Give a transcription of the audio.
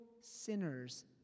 sinners